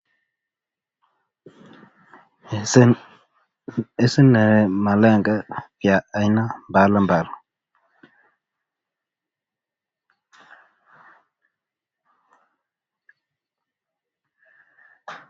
Hizi ni malenge ya aina mbali mbali.